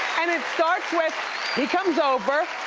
and it starts with he comes over.